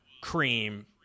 cream